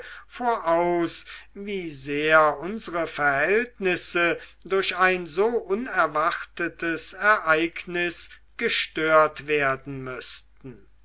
voraus wie sehr unsere verhältnisse durch ein so unerwartetes ereignis gestört werden müßten